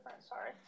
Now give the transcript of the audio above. sorry